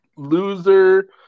loser